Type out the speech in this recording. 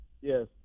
Yes